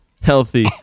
Healthy